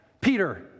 Peter